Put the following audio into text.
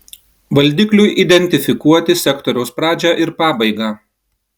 valdikliui identifikuoti sektoriaus pradžią ir pabaigą